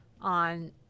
on